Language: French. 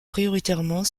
prioritairement